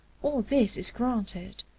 all this is granted,